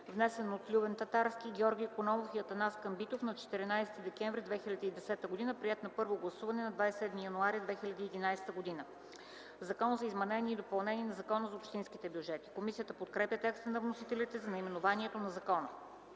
внесен от Любен Татарски, Георги Икономов и Атанас Камбитов на 14 декември 2010 г., приет на първо гласуване на 27 януари 2011 г. Закон за изменение и допълнение на Закона за общинските бюджети.” Комисията подкрепя текста на вносителите за наименованието на закона.